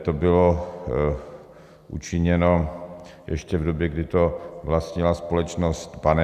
To bylo učiněno ještě v době, kdy to vlastnila společnost Baneba.